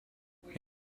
train